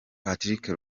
patrice